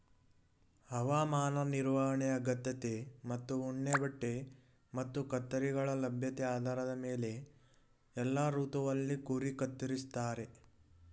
ಹವಾಮಾನ ನಿರ್ವಹಣೆ ಅಗತ್ಯತೆ ಮತ್ತು ಉಣ್ಣೆಬಟ್ಟೆ ಮತ್ತು ಕತ್ತರಿಗಳ ಲಭ್ಯತೆ ಆಧಾರದ ಮೇಲೆ ಎಲ್ಲಾ ಋತುವಲ್ಲಿ ಕುರಿ ಕತ್ತರಿಸ್ತಾರೆ